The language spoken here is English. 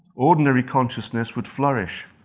ordinary consciousness would flourish,